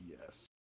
Yes